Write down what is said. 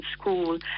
school